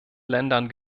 ländern